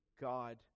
God